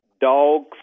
dog